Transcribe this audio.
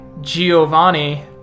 Giovanni